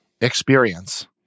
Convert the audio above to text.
experience